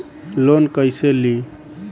Loan कईसे ली?